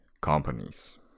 companies